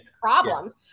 problems